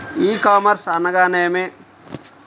ఈ కామర్స్ అనగానేమి?